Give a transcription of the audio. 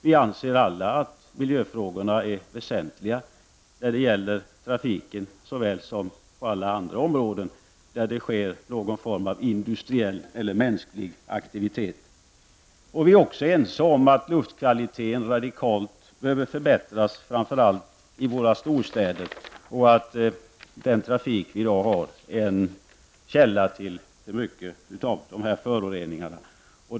Vi anser alla att miljöfrågorna är väsentliga när det gäller såväl trafiken som alla andra områden där det sker någon form av industriell eller mänsklig aktivitet. Vi är också ense om att luftkvaliteten behöver förbättras radikalt framför allt i våra storstäder och att den trafik vi har i dag är en källa till en stor del av föroreningarna.